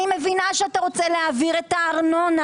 אני מבינה שאתה רוצה להעביר את הארנונה